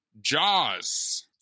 jaws